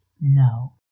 no